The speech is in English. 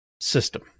system